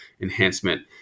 enhancement